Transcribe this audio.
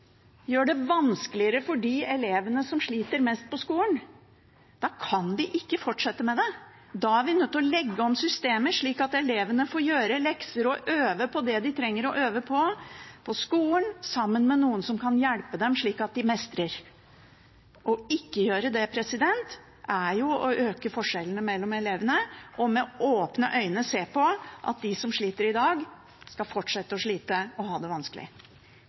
gjør det vanskeligere for de elevene som sliter mest på skolen, kan vi ikke fortsette med det. Da er vi nødt til å legge om systemet, slik at elevene får gjøre lekser og øve på det de trenger å øve på, på skolen, sammen med noen som kan hjelpe dem slik at de mestrer. Ikke å gjøre det er jo å øke forskjellene mellom elevene og med åpne øyne se på at de som sliter i dag, skal fortsette å slite og ha det vanskelig.